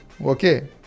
Okay